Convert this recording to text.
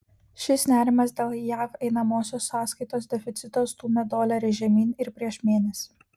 šis nerimas dėl jav einamosios sąskaitos deficito stūmė dolerį žemyn ir prieš mėnesį